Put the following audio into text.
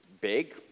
big